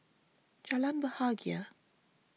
Jalan Bahagia